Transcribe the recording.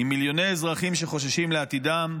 עם מיליוני אזרחים שחוששים לעתידם.